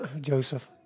Joseph